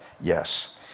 yes